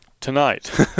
tonight